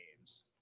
games